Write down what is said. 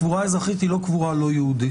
הקבורה האזרחית היא לא קבורה לא יהודית.